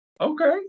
Okay